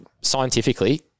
scientifically-